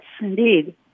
indeed